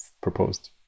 proposed